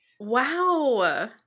Wow